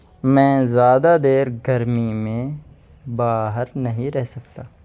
میں زیادہ دیر گرمی میں باہر نہیں رہ سکتا